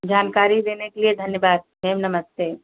जानकारी देने के लिए धन्यवाद मैम नमस्ते